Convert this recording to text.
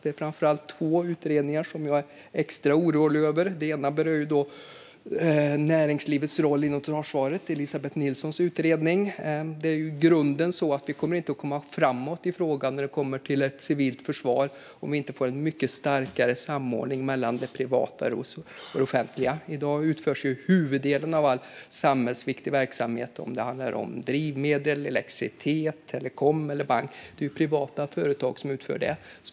Det är framför allt två utredningar som jag är extra orolig över. Den ena berör Elisabeth Nilssons utredning om näringslivets roll inom totalförsvaret. Det är i grunden så att vi inte kommer att komma framåt i frågan när det kommer till ett civilt försvar om vi inte får en mycket starkare samordning mellan det privata och det offentliga. I dag utförs huvuddelen av all samhällsviktig verksamhet när det gäller drivmedel, elektricitet, telekom, banker och så vidare av privata företag.